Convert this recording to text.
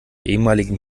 ehemaligen